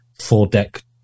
four-deck